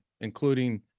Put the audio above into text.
including